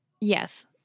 Yes